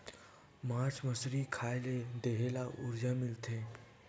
मास मछरी के खाए ले देहे ल उरजा मिलथे